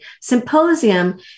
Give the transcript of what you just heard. symposium